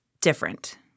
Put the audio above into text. different